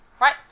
right